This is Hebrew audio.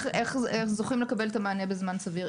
איך זוכים לקבל את המענה בזמן סביר.